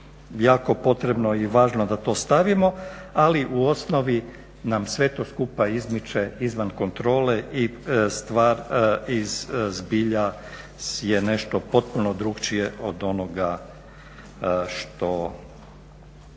jako potrebno i važno da to stavimo, ali u osnovi nam sve to skupa izmiče izvan kontrole i zbilja je nešto potpuno drugačije od onoga što